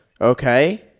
Okay